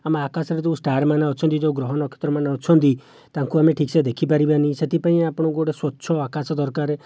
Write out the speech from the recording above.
ଆମେ ଆକାଶରେ ଯେଉଁ ଷ୍ଟାରମାନେ ଅଛନ୍ତି ଯେଉଁ ଗ୍ରହ ନକ୍ଷତ୍ରମାନେ ଅଛନ୍ତି ତାଙ୍କୁ ଆମେ ଠିକସେ ଦେଖିପାରିବାନାହିଁ ସେ'ଥିପାଇଁ ଆପଣଙ୍କୁ ଗୋଟିଏ ସ୍ଵଚ୍ଛ ଆକାଶ ଦରକାର